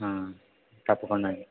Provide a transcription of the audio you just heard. తప్పకుండా అండి